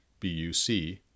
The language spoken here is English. BUC